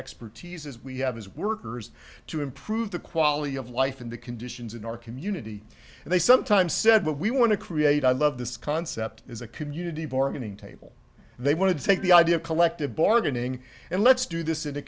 expertise as we have as workers to improve the quality of life in the conditions in our community and they sometimes said what we want to create i love this concept is a community bargaining table they want to take the idea of collective bargaining and let's do this in a